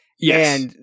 Yes